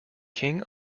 king